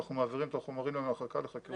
אנחנו מעבירים את החומרים למחלקה ל חקירות שוטרים.